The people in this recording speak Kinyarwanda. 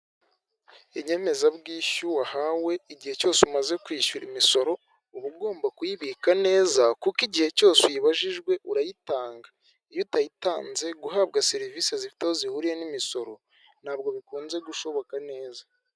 Inyemezabwishyu wahawe igihe cyose umaze kwishyura imisoro uba ugomba kuyibika neza kuko igihe cyose uyibajijwe urayitanga iyo utayitanze guhabwa serivisi zifite aho zihuriye n'imisoro ntabwo bikunze gushoboka neza .